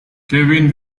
kevin